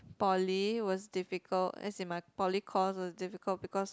poly was difficult as in my poly course was difficult because